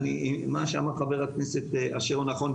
מה שאמר חבר הכנסת אשר הוא נכון.